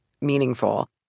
meaningful